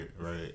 right